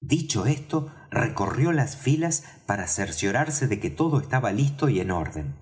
dicho esto recorrió las filas para cerciorarse de que todo estaba listo y en orden